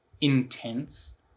intense